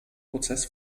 prozess